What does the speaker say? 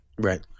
Right